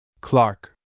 Clark